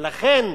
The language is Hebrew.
ולכן,